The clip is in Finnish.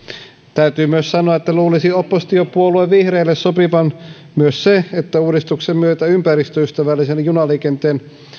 täytyy myös sanoa että luulisi oppositiopuolue vihreille sopivan myös se että uudistuksen myötä ympäristöystävällisen junaliikenteen